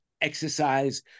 exercise